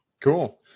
Cool